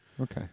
Okay